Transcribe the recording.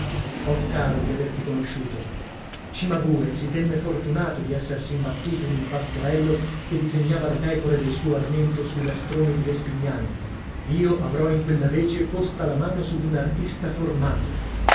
ho caro di averti conosciuto cimabue si tenne fortunato di essersi imbattuto in un pastorello che disegnava le pecore del suo armento sui lastroni di vespignano io avrò in quella vece posta la mano su d'un artista formato